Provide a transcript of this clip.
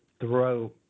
throw